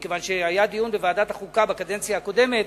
כי היה דיון בוועדת החוקה בקדנציה הקודמת,